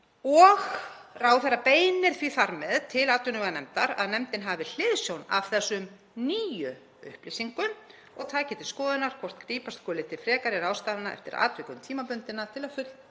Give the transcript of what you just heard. Ráðherra beinir því þar með til atvinnuveganefndar að nefndin hafi hliðsjón af þessum nýju upplýsingum og taki til skoðunar hvort grípa skuli til frekari ráðstafana, eftir atvikum tímabundinna, til að